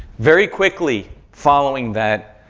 very quickly following that,